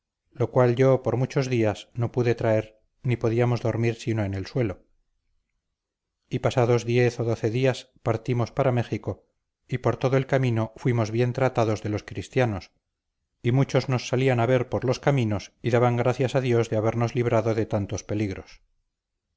lo cual yo por muchos días no pude traer ni podíamos dormir sino en el suelo y pasados diez o doce días partimos para méjico y por todo el camino fuimos bien tratados de los cristianos y muchos nos salían a ver por los caminos y daban gracias a dios de habernos librado de tantos peligros